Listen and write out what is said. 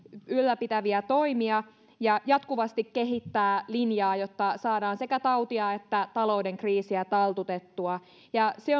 ylläpitäviä toimia ja jatkuvasti kehittää linjaa jotta saadaan sekä tautia että talouden kriisiä taltutettua ja se